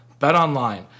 BetOnline